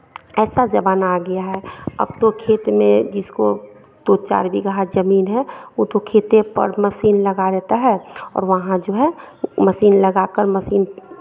ऐसा ज़माना आ गया है अब तो खेत में जिसको दो चार बीघा ज़मीन है वो तो खेते पर मशीन लगा देता है और वहाँ जो है मशीन लगाकर मशीन